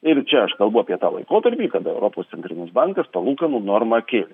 ir čia aš kalbu apie tą laikotarpį kada europos centrinis bankas palūkanų normą kėlė